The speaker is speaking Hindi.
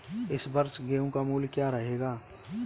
इस वर्ष गेहूँ का मूल्य क्या रहेगा?